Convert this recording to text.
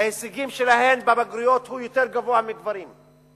ההישגים שלהן בבגרויות הם יותר גבוהים משל גברים,